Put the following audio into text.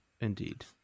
Indeed